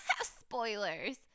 spoilers